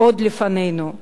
עוד לפנינו.